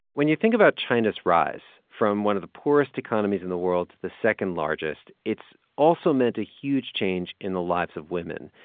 when you think about china's rise from one of the poorest economies in the world to the second-largest, it's also meant a huge change in the lives of women.